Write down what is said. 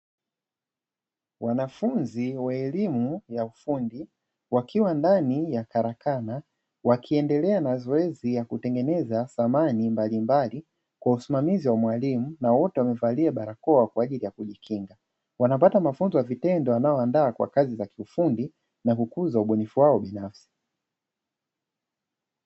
Wanafunzi wa elimu ya ufundi, wakiwa ndani ya karakana, wakiendelea na zoezi ya kutengeneza samani mbalimbali, kwa usimamizi wa Mwalimu na wote wamevalia barakoa kwa ajili ya kujikinga, wanapata mafunzo ya vitendo yanayowaandaa kwa kazi za kifundi na kukuza ubunifu wao binafsi.